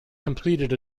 completed